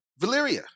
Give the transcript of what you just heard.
Valyria